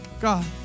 God